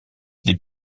des